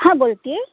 हां बोलते आहे